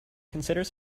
considers